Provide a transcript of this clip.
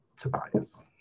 Tobias